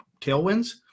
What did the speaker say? tailwinds